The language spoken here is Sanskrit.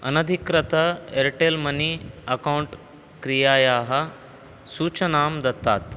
अनधिकृत एर्टेल् मनी अक्कौण्ट् क्रियायाः सूचनां दत्तात्